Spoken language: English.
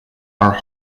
are